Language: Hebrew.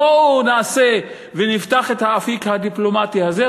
בואו נעשה ונפתח את האפיק הדיפלומטי הזה,